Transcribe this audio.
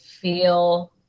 feel